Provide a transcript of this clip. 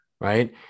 right